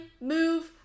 move